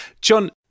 John